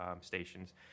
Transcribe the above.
stations